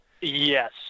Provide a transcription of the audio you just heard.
Yes